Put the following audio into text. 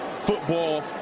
football